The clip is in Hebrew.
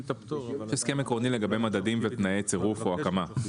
יש הסכם עקרוני לגבי מדדים ותנאי צירוף או הקמה.